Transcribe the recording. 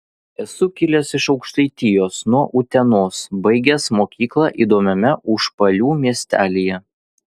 esu kilęs iš aukštaitijos nuo utenos baigęs mokyklą įdomiame užpalių miestelyje